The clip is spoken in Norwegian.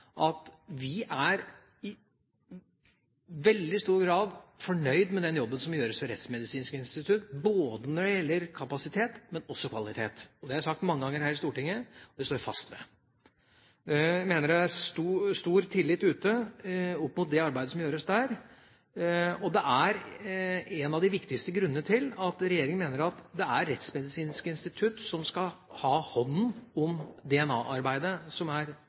at vi i veldig stor grad er fornøyde med den jobben som gjøres ved Rettsmedisinsk institutt, ikke bare når det gjelder kapasitet, men også kvalitet. Det har jeg sagt mange ganger her i Stortinget, og det står jeg fast ved. Jeg mener det er stor tillit ute til det arbeidet som gjøres der, og det er en av de viktigste grunnene til at regjeringa mener at det er Rettsmedisinsk institutt som skal ha hånd om DNA-arbeidet. Jeg syns også at Stortinget er